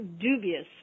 Dubious